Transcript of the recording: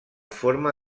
forma